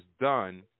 done